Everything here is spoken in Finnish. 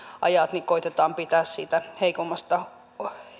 ajat koetetaan pitää siitä heikommasta